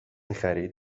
میخرید